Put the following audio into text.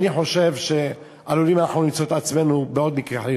אני חושב שעלולים אנחנו למצוא את עצמנו בעוד מקרה,